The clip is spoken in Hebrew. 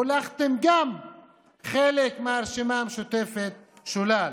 הולכתם גם חלק מהרשימה המשותפת שולל.